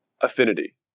affinity